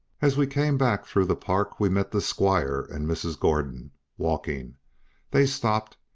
as we came back through the park we met the squire and mrs. gordon walking they stopped,